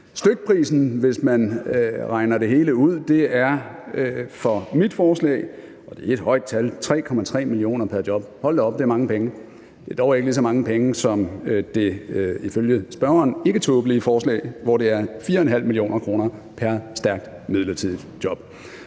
Stykprisen, hvis man regner det hele ud, er for mit forslag, og det er et højt tal, 3,3 mio. kr. pr. job – og hold da op, det er mange penge. Det er dog ikke lige så mange penge, som det er for det ifølge spørgeren ikketåbelige forslag, hvor det er 4,5 mio. kr. pr. stærkt midlertidigt job.